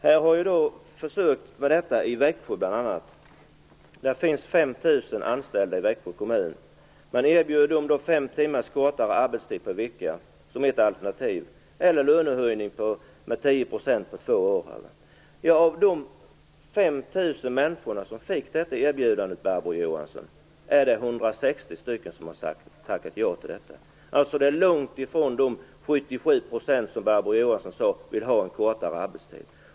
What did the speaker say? Det har gjorts försök i bl.a. Växjö. Växjö kommun har 5 000 anställda. De erbjöds alternatiaven fem timmars arbetstidsförkortning per vecka eller en tioprocentig lönehöjning på två år. Av de 5 000 människor som har fått detta erbjudande, Barbro Johansson, är det 160 som har tackat ja. Det är alltså långt ifrån de 77 % som Barbro Johansson sade vill ha en kortare arbetstid.